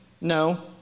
No